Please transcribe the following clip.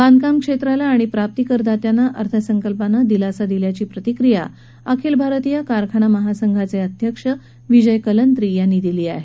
बांधकाम क्षेत्राला आणि प्राप्तीकर दात्यांना अर्थसंकल्पानं दिलासा दिल्याची प्रतिक्रिया आखिल भारतीय कारखाना महासंघाचे अध्यक्ष विजय कलंत्री यांनी दिली आहे